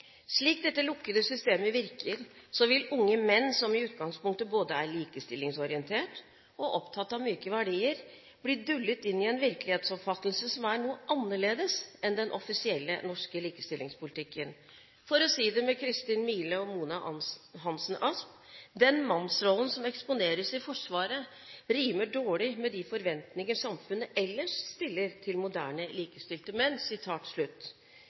Slik dette lukkede systemet virker, vil unge menn som i utgangspunktet både er likestillingsorientert og opptatt av mykere verdier, bli dullet inn i en virkelighetsoppfattelse som er noe annerledes enn den offisielle Norske likestillingspolitikken. For å si det med Kristin Mile og Mona Hansen-Asp: Den mannsrollen som eksponeres i Forsvaret rimer dårlig med de forventninger samfunnet ellers stiller til moderne, likestilte